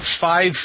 five